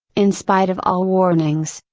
in spite of all warnings,